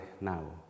now